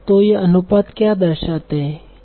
तो यह अनुपात क्या दर्शाते है